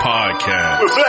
Podcast